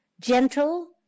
gentle